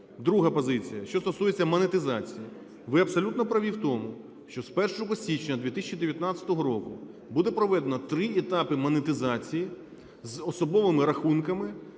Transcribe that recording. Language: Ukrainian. Друга позиція, що стосується монетизації. Ви абсолютно праві в тому, що з 1 січня 2019 року буде проведено 3 етапи монетизації з особовими рахунками,